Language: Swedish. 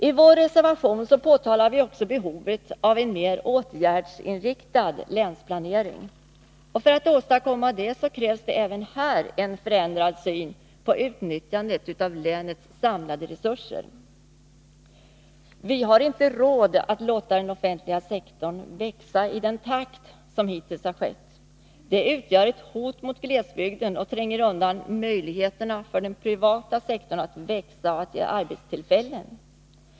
I vår reservation framhåller vi också behovet av en mer åtgärdsinriktad länsplanering. För att åstadkomma detta, krävs det även här en förändrad syn på utnyttjandet av länens samlade resurser. Vi har inte råd att låta den offentliga sektorn växa i den takt som hittills har skett. Det utgör ett hot mot glesbygden och tränger undan möjligheterna för den privata sektorn att växa och att ge arbetstillfällen.